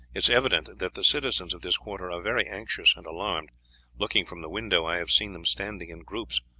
it is evident that the citizens of this quarter are very anxious and alarmed looking from the window i have seen them standing in groups,